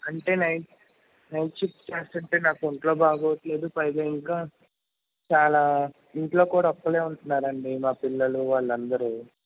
అంటే night night shift చేస్తుంటే నాకు ఒంట్లో బాగోట్లేదు పైగా ఇంకా చాలా ఇంట్లో కూడ ఒక్కళ్ళే ఉంటున్నారు అండి మా పిల్లలు వాళ్ళందరూ